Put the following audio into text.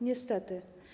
Niestety.